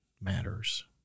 matters